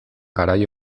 garai